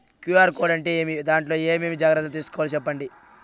QR code అంటే ఏమి? దాంట్లో ఏ ఏమేమి జాగ్రత్తలు తీసుకోవాలో సెప్పండి?